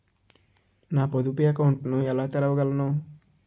నేను పొదుపు అకౌంట్ను ఎలా తెరవగలను?